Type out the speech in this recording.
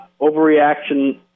Overreaction